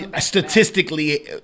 statistically